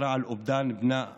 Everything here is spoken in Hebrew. על אובדן בנם בראל,